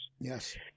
Yes